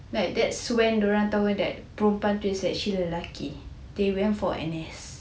like that's when dia orang tahu that perempuan is actually lelaki they went for N_S